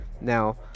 now